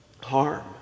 harm